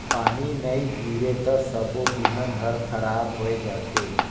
पानी नई गिरे त सबो बिहन हर खराब होए जथे